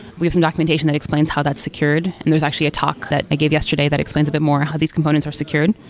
we have some documentation that explains how that's secured and there's actually a talk that i gave yesterday that explains a bit more how these components are secured.